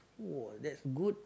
!wah! that's good